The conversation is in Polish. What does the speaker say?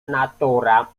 natura